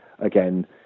again